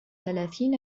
ثلاثين